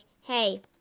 hey